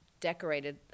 decorated